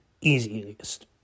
easiest